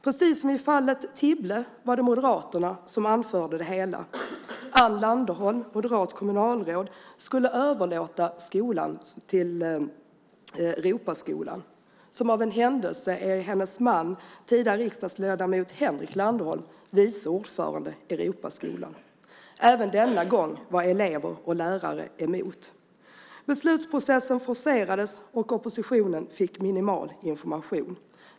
Precis som i Tibblefallet var det Moderaterna som anförde det hela. Ann Landerholm, moderat kommunalråd, skulle överlåta Karinlundsskolan till Europaskolan. Som av en händelse är hennes man, den tidigare riksdagsledamoten Henrik Landerholm, vice ordförande i Europaskolan. Även denna gång var elever och lärare emot. Beslutsprocessen forcerades och oppositionen fick minimal information.